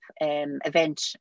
event